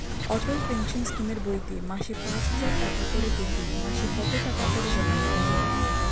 অটল pension স্কিমের বইতে মাসে পাঁচ হাজার টাকা করে পেতে মাসে কত টাকা করে জমা দিতে হবে?